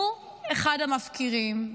הוא אחד המפקירים.